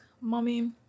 mommy